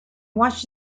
wants